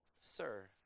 sir